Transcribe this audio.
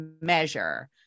measure